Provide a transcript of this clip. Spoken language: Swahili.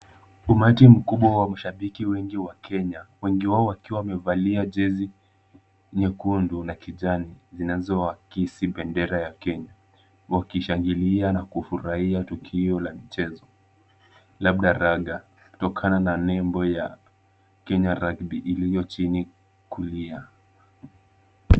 Umati mkubwa wa mashabiki wengi wa Kenya, wengi wao wakiwa wamevalia jezi nyekundu na kijani zinazoakisi bendera ya Kenya, wakishangilia na kufurahia tukio la mchezo labda raga, kutokana na nembo ya Kenya rugby iliyo chini kulia.